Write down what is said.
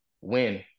win